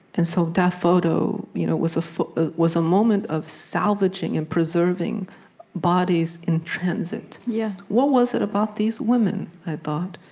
and so that photo you know was was a moment of salvaging and preserving bodies in transit. yeah what was it about these women, i thought,